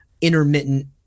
intermittent